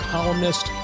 Columnist